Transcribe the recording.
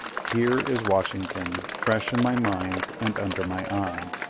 here is washington, fresh in my mind and under my eye.